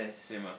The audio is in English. same ah